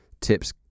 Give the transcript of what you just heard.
tips